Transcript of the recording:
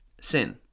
sin